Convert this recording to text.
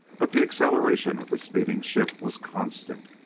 but the acceleration of the speeding ship was constant,